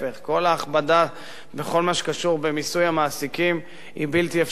כל ההכבדה בכל מה שקשור למיסוי המעסיקים היא בלתי אפשרית,